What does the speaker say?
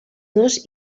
dos